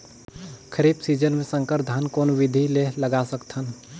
खरीफ season मे संकर धान कोन विधि ले लगा सकथन?